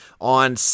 on